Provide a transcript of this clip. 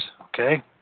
okay